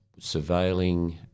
surveilling